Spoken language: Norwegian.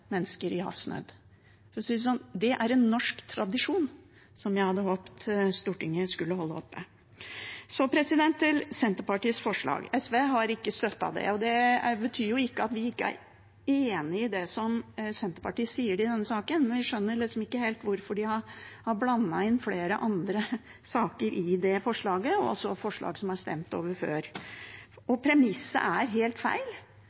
mennesker i havsnød. For å si det sånn: Det er en norsk tradisjon å gjøre det, som jeg hadde håpet Stortinget skulle holde oppe. Så til Senterpartiets forslag: SV har ikke støttet det. Det betyr ikke at vi ikke er enig i det som Senterpartiet sier i denne saken, men vi skjønner liksom ikke helt hvorfor de har blandet inn flere andre saker i det forslaget, også forslag som er stemt over før. Premisset er helt feil.